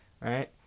right